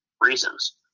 reasons